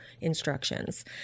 instructions